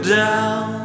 down